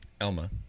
Elma